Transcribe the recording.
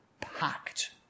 packed